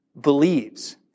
believes